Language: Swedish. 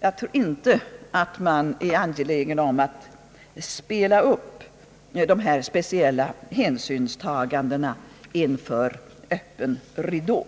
Jag tror inte att man är angelägen om att spela upp dessa speciella hänsynstaganden inför öppen ridå.